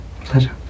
Pleasure